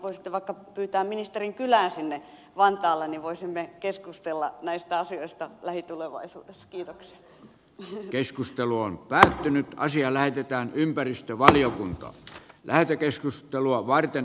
voisitte vaikka pyytää ministerin kylään sinne vantaalle niin voisimme keskustella näistä asioista lähitulevaisuudessakin kaksi vankeskustelu on päättynyt ja asia lähetetään ympäristövaliokuntaan lähetekeskustelua lähitulevaisuudessa